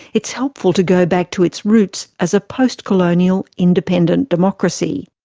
it's helpful to go back to its roots as a post-colonial independent democracy.